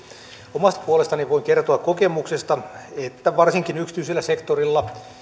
omasta puolestani voin kertoa kokemuksesta että jos varsinkin yksityisellä sektorilla